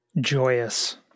Joyous